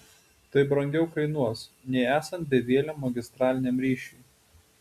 tai brangiau kainuos nei esant bevieliam magistraliniam ryšiui